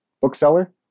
bookseller